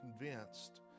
convinced